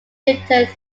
lipton